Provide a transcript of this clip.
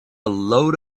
load